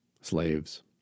slaves